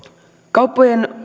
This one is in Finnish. kauppojen